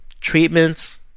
treatments